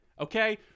Okay